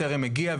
טרם הגיעה,